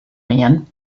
man